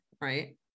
right